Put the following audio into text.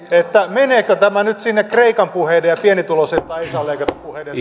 meneekö tämä nyt sinne samaan kreikan puheiden ja pienituloisilta ei saa leikata puheiden